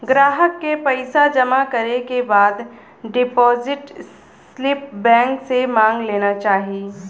ग्राहक के पइसा जमा करे के बाद डिपाजिट स्लिप बैंक से मांग लेना चाही